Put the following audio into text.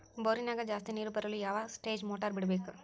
ಬೋರಿನ್ಯಾಗ ಜಾಸ್ತಿ ನೇರು ಬರಲು ಯಾವ ಸ್ಟೇಜ್ ಮೋಟಾರ್ ಬಿಡಬೇಕು?